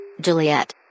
Juliet